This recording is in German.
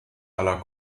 aller